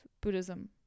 Buddhism